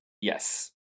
Yes